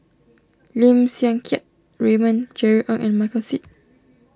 Lim Siang Keat Raymond Jerry Ng and Michael Seet